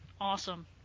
Awesome